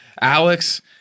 Alex